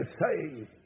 saved